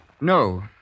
No